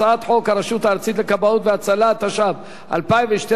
הצעת חוק הרשות הארצית לכבאות והצלה, התשע"ב 2012,